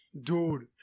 dude